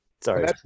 sorry